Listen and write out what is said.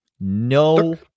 No